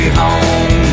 home